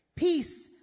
Peace